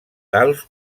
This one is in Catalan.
tals